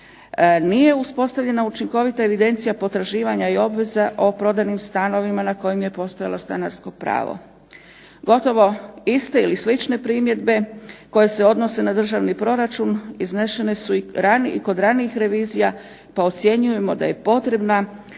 Nije uspostavljena učinkovita evidencija potraživanja i obveza o prodanim stanovima na kojem je postojalo stanarsko pravo. Gotovo iste ili slične primjedbe koje se odnose na državni proračun iznešene su i kod ranijih revizija, pa ocjenjujemo da je potrebna